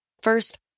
First